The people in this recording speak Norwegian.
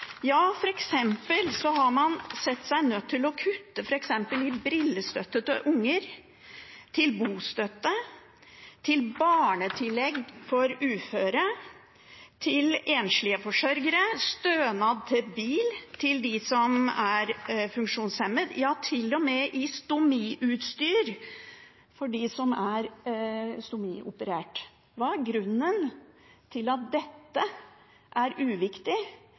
har man sett seg nødt til å kutte i brillestøtte til unger, i bostøtte, i barnetillegg for uføre, i støtte til enslige forsørgere, i stønad til bil til dem som er funksjonshemmet, ja, til og med i stomiutstyr til dem som er stomioperert. Hva er grunnen til at dette er uviktig